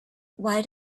why